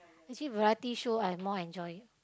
actually variety show I have long enjoy it